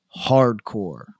hardcore